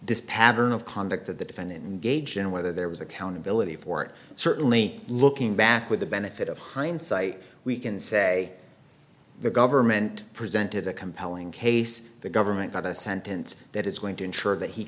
this pattern of conduct that the defendant gaijin whether there was accountability for it certainly looking back with the benefit of hindsight we can say the government presented a compelling case the government got a sentence that is going to ensure that he